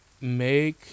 Make